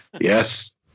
Yes